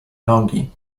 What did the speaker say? nogi